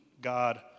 God